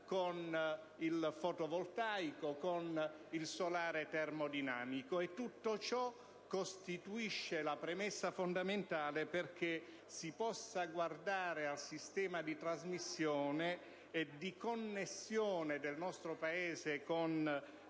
con il fotovoltaico e con il solare termodinamico. Tutto ciò costituisce la premessa fondamentale perché si possa guardare al sistema di trasmissione e di connessione del nostro Paese con il